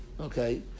okay